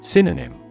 Synonym